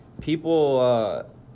people